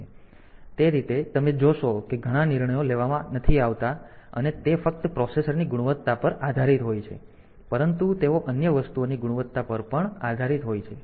તેથી તે રીતે તમે જોશો કે ઘણા નિર્ણયો લેવામાં નથી આવતા નથી અને તે ફક્ત પ્રોસેસરની ગુણવત્તા પર આધારિત હોય છે પરંતુ તેઓ અન્ય વસ્તુઓની ગુણવત્તા પર પણ આધારિત હોય છે